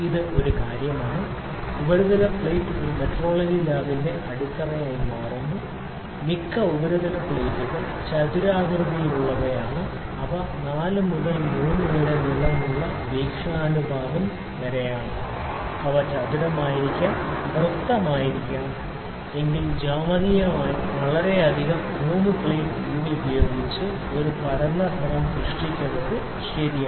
ഇത് ഒരു കാര്യമാണ് ഉപരിതല പ്ലേറ്റ് ഒരു മെട്രോളജി ലാബിന്റെ അടിത്തറയായി മാറുന്നു മിക്ക ഉപരിതല പ്ലേറ്റുകൾ ചതുരാകൃതിയിലുള്ള ആകൃതിയിലുള്ളവയാണ് അവ 4 മുതൽ 3 വരെ നീളമുള്ള വീക്ഷണാനുപാതം 4 മുതൽ 3 വരെയാണ് അവ ചതുരമായിരിക്കാം അവ വൃത്താകൃതിയിലാകാം അല്ലെങ്കിൽ ജ്യാമിതീയമായി വളരെയധികം 3 പ്ലേറ്റ് രീതി ഉപയോഗിച്ച് ഒരു പരന്ന തലം സൃഷ്ടിക്കുന്നതിന് ശരിയാണ്